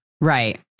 Right